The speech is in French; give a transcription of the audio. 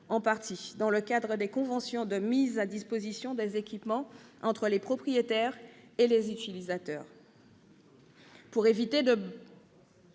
en partie dans le cadre des conventions de mise à disposition des équipements entre les propriétaires et les utilisateurs. Pour éviter un